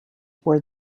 were